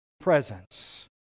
presence